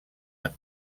han